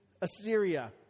Assyria